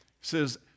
says